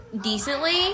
decently